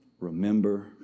remember